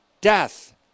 death